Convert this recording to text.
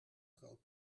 groot